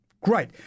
Great